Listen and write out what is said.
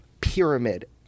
pyramid